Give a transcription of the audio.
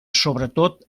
sobretot